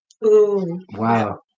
Wow